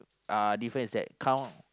uh difference is that count